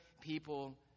people